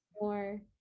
more